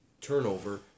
turnover